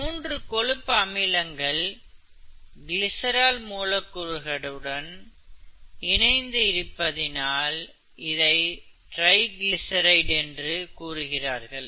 3 கொழுப்பு அமிலங்கள் கிளிசரால் மூலக்கூறுகளுடன் இணைந்து இருப்பதினால் இதை ட்ரைகிளிசரைடு என்று கூறுகிறார்கள்